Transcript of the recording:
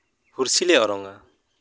ᱦᱩᱭᱥᱤᱞᱮ ᱚᱨᱚᱝᱼᱟ